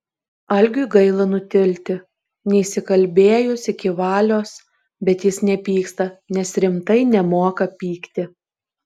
algiui gaila nutilti neišsikalbėjus iki valios bet jis nepyksta nes rimtai nemoka pykti